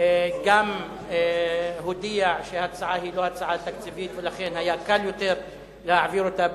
גם הודיע שההצעה היא לא הצעה תקציבית ולכן היה קל יותר להעביר אותה,